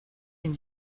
une